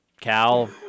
Cal